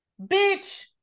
bitch